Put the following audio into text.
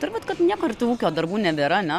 turbūt kad niekur tų ūkio darbų nebėra ne